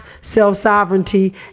self-sovereignty